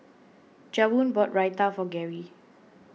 Javon bought Raita for Gary